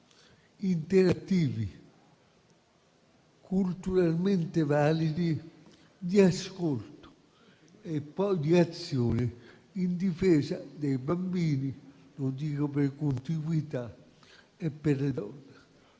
interattivi e culturalmente validi di ascolto e di azione, in difesa dei bambini - lo dico per contiguità - e delle donne.